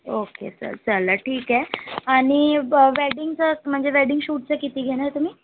okay sir चला ठीकआहे आणि वेडिंगचं म्हणजे वेडिंग शूटचं किती घेणार तुम्ही